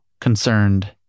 concerned